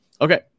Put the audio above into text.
okay